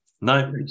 no